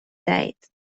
دهید